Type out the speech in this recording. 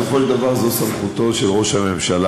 בסופו של דבר זו סמכותו של ראש הממשלה,